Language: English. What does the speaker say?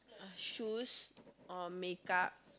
shoes or makeup